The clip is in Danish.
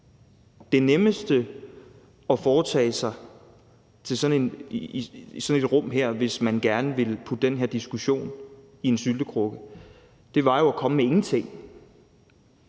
det nemmeste at foretage sig i sådan et rum her, hvis man gerne vil putte den her diskussion i en syltekrukke, jo ville være at komme med ingenting.